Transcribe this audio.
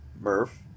Murph